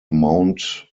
mount